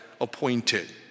appointed